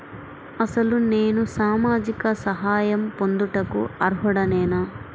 అసలు నేను సామాజిక సహాయం పొందుటకు అర్హుడనేన?